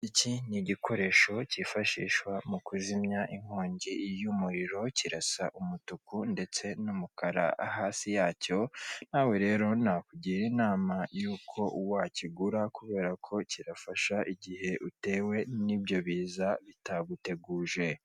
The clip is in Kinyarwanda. Iki ni igikoresho cyifashishwa mu kuzimya inkongi y'umuriro, kirasa umutuku ndetse n'umukara hasi yacyo, nawe rero nakugira inama yuko wakigura kubera ko kirafasha igihe utewe n'ibyo biza bitaguteguje